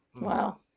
Wow